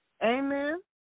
Amen